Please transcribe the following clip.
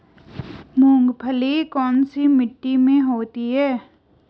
मूंगफली कौन सी मिट्टी में होती है?